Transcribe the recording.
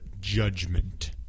judgment